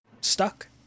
stuck